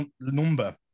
number